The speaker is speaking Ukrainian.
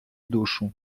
душу